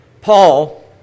Paul